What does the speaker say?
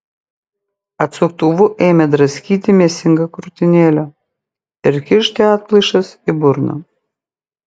atsuktuvu ėmė draskyti mėsingą krūtinėlę ir kišti atplaišas į burną